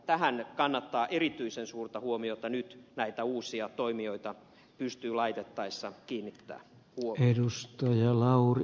tähän kannattaa erityisen suurta huomiota nyt näitä uusia toimijoita pystyyn laitettaessa kiinnittää huomiota